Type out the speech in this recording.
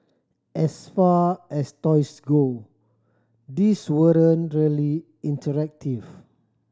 as far as toys go these weren't really interactive